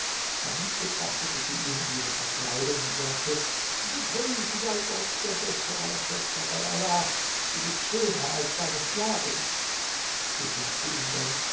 dann betrachtete sie ihn in dieser verkleidung und sagte gepriesen sei gott der beste aller schöpfer bei allah du bist schöner als deine sklavin sie sagte ihm dann